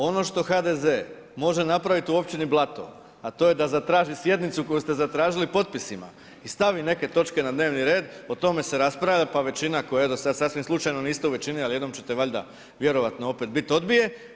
Ono što HDZ može napraviti u općini Blato, a to je da zatraži sjednicu koji ste zatražili potpisima i stavi neke točke na dnevni red, o tome se raspravlja, pa većina koja je do sad sasvim slučajno niste u većini, ali jednom ćete valjda vjerojatno opet biti odbije.